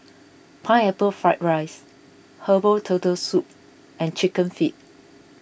Pineapple Fried Rice Herbal Turtle Soup and Chicken Feet